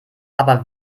aber